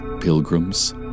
pilgrims